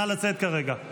נא לצאת כרגע.